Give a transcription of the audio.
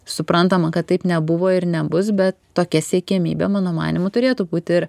suprantama kad taip nebuvo ir nebus bet tokia siekiamybė mano manymu turėtų būti ir